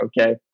okay